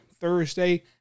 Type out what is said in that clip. Thursday